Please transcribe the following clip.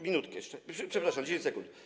Minutkę jeszcze, przepraszam, 10 sekund.